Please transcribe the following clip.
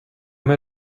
mir